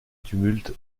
tumulte